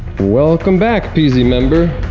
welcome back peasy member.